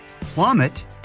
Plummet